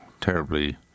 terribly